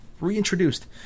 reintroduced